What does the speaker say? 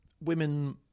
women